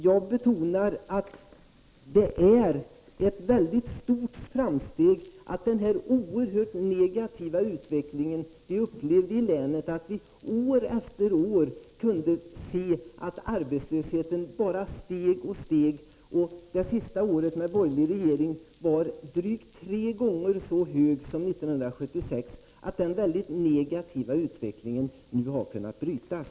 Jag betonar att det är ett stort framsteg att den oerhört negativa utveckling som vi upplevde i länet — år efter år kunde vi se att arbetslösheten bara steg och steg, och det senaste året med borgerlig regering var den drygt tre gånger så hög som 1976 — nu har brutits.